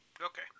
Okay